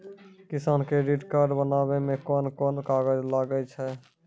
किसान credit card बनाबै मे कोन कोन कागज लागै छै?